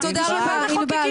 עוד משפט חבר